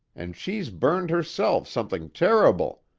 and she's burned herself something terrible,